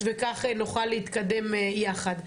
וכך נוכל להתקדם יחד.